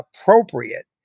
appropriate